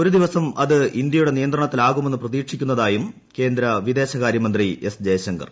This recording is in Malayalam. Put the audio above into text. ഒരു ദിവസം അത് ഇന്ത്യയുടെ നിയന്ത്രണത്തിലാകുമെന്ന് പ്രതീക്ഷിക്കുന്നതായും കേന്ദ്ര വിദേശകാരൃ മന്ത്രി എസ് ജയശങ്കർ